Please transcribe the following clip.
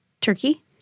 turkey